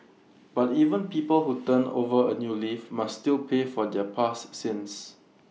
but even people who turn over A new leaf must still pay for their past sins